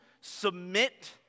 submit